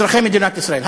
אזרחי מדינת ישראל.